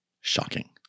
Shocking